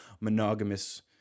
monogamous